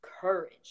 courage